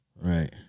Right